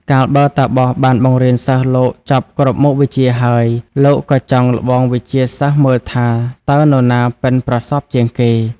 កាលបើតាបសបានបង្រៀនសិស្សលោកចប់គ្រប់មុខវិជ្ជាហើយ លោកក៏ចង់ល្បងវិជ្ជាសិស្សមើលថា តើនរណាប៉ិនប្រសប់ជាងគេ។